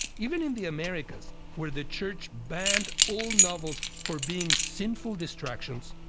even in the americas, where the church banned all novels for being sinful distractions,